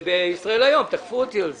וב"ישראל היום" תקפו אותי על כך.